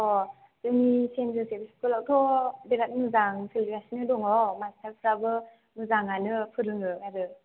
अ जोंनि सेन जसेब स्कुलावथ' बिराद मोजां सोलिगासिनो दङ मासथारफ्राबो मोजाङानो फोरोङो आरो